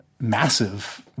massive